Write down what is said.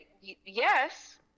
Yes